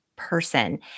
person